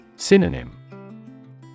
Synonym